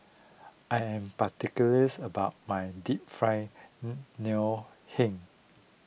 I am particulars about my Deep Fried Ngoh Hiang